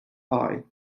eye